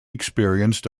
experienced